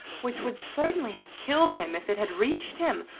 which would certainly have killed him if it had reached him,